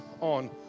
on